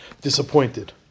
disappointed